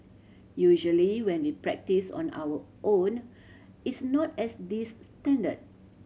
usually when we practise on our own it's not as this standard